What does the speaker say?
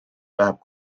läheb